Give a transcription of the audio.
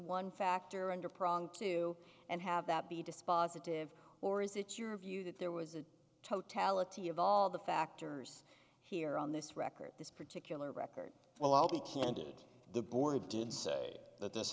one factor under prong two and have that be dispositive or is it your view that there was a totality of all the factors here on this record this particular record well i'll be candid the board did say that this